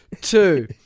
Two